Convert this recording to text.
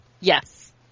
Yes